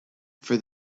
for